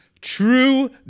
true